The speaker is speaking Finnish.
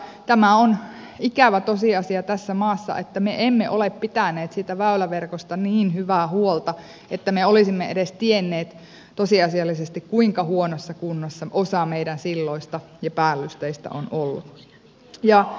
tämä on ikävä tosiasia tässä maassa että me emme ole pitäneet siitä väyläverkosta niin hyvää huolta että me olisimme edes tienneet tosiasiallisesti kuinka huonossa kunnossa osa meidän silloista ja päällysteistä on ollut